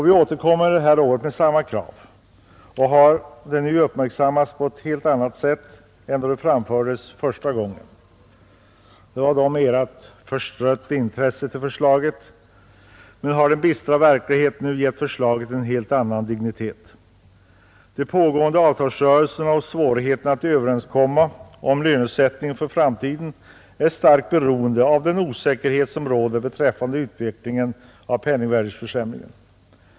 Vi återkommer det här året med samma krav, vilket nu uppmärksammats på ett helt annat sätt än då det framfördes första gången. Då förelåg ett mera förstrött intresse för förslaget men nu har den bistra verkligheten givit förslaget en helt annan dignitet. De pågående avtalsrörelserna och svårigheterna att överenskomma om lönesättningen för framtiden är starkt beroende av den osäkerhet som råder beträffande utvecklingen av penningvärdeförsämringen.